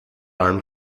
arm